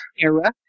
Era